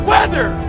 Weather